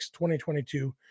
2022